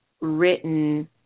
written